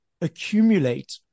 accumulate